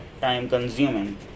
time-consuming